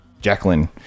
Jacqueline